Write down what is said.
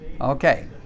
Okay